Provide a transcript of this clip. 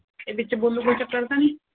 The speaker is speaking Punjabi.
ਇਹ ਵਿੱਚ ਬੋਲੂ ਕੋਈ ਚੱਕਰ ਤਾਂ ਨਹੀਂ